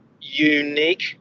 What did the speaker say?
unique